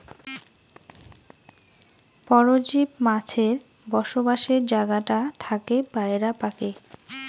পরজীব মাছের বসবাসের জাগাটা থাকে বায়রা পাকে